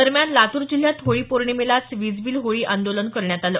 दरम्यान लातूर जिल्ह्यात होळी पौर्णिमेलाच वीज बील होळी आंदोलन करण्यात आलं